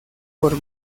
por